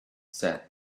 said